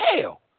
hell